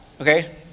Okay